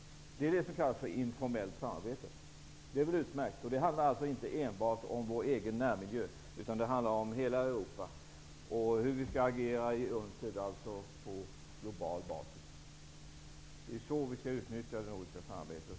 Det är detta som kallas ett informellt samarbete. Det är väl utmärkt, och det handlar inte bara om vår egen närmiljö utan om hela Europa och om hur vi skall agera i UNCED, alltså på global basis. Det är så vi skall utnyttja det nordiska samarbetet.